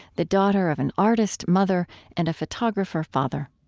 the daughter of an artist mother and a photographer father